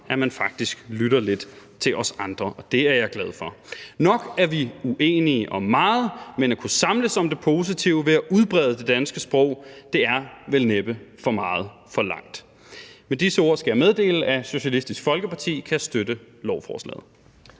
om man faktisk lytter lidt til os andre, og det er jeg glad for. Nok er vi uenige om meget, men at kunne samles om det positive ved at udbrede det danske sprog, er vel næppe for meget forlangt. Med disse ord skal jeg meddele, at Socialistisk Folkeparti kan støtte lovforslaget.